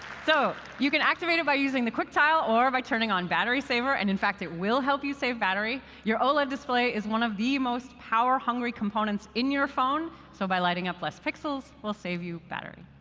so you can activate it by using the quick tile or by turning on battery saver. and in fact, it will help you save battery. your oled display is one of the most power-hungry components in your phone. so by lighting up less pixels, it will save you battery.